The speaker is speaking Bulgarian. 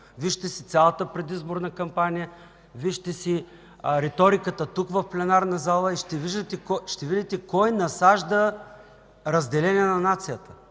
Вижте си цялата предизборна кампания. Вижте си риториката тук, в пленарната зала, и ще видите кой насажда разделение на нацията.